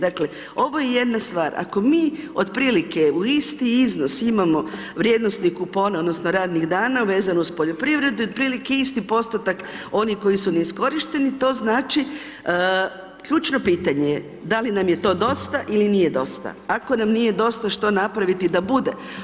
Dakle, ovo je jedna stvar, ako mi otprilike u iznos imamo vrijednosne kupone odnosno radnih dana vezano uz poljoprivredu i otprilike isti postotak onih koji su neiskorišteni to znači, ključno pitanje je da li nam je to dosta ili nije dosta, ako nam nije dosta što napraviti da bude?